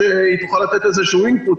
היא תוכל לתת על זה איזשהו input.